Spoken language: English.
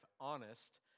honest